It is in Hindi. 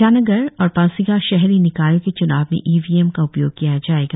ईटानगर और पासीघाट शहरी निकायों के च्नाव में ईवीएम का उपयोग किया जाएगा